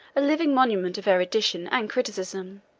a living monument of erudition and criticism.